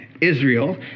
israel